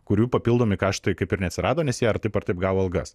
kurių papildomi kaštai kaip ir neatsirado nes jie ar taip ar taip gavo algas